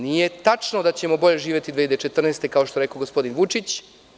Nije tačno da ćemo bolje živeti 2014. godine, kao što je rekao gospodin Vučić.